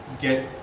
get